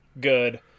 good